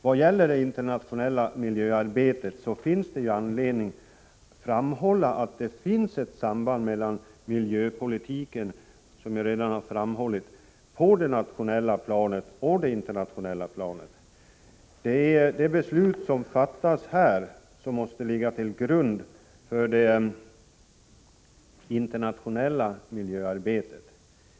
Vad gäller det internationella miljöarbetet finns det 101 anledning framhålla att det finns ett samarbete om miljöpolitiken på det nationella och det internationella planet. De beslut som fattas här måste ligga till grund för det internationella miljöarbetet.